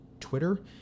Twitter